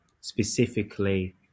specifically